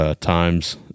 times –